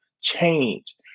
change